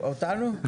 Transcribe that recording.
אותנו?